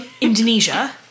Indonesia